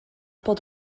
bod